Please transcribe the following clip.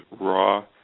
raw